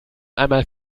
einmal